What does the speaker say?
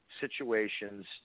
situations